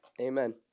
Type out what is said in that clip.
Amen